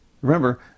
remember